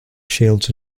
shields